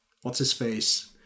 What's-his-face